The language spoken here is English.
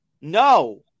no